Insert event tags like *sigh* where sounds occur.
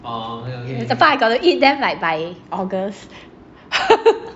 *noise* I got to eat them like by august *laughs*